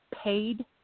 paid